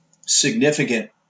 significant